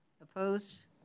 Opposed